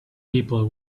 people